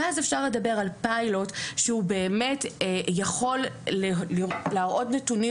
ואז אפשר לדבר על פיילוט שהוא באמת יכול להראות נתונים